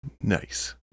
nice